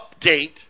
update